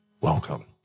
welcome